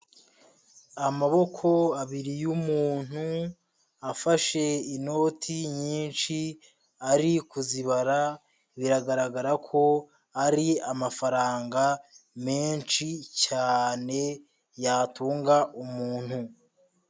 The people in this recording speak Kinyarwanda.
Amaboko abiri y'umuntu afashe inoti nyinshi, ari kuzibara biragaragara ko ari amafaranga menshi cyane yatunga umuntu.